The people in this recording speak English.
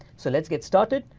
so let's get started,